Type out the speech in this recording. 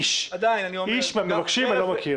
איש מהמבקשים אני לא מכיר.